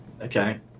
okay